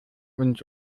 uns